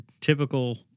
typical